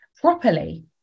properly